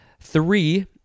Three